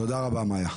תודה רבה, מאיה.